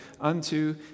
unto